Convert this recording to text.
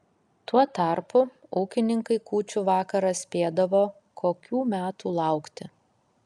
tuo tarpu ūkininkai kūčių vakarą spėdavo kokių metų laukti